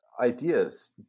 ideas